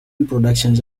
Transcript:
reproductions